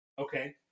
Okay